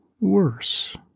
worse